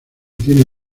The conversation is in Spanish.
tiene